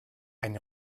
ein